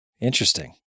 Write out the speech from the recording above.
Interesting